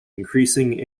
increasing